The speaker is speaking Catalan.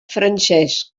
francesc